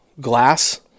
glass